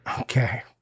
Okay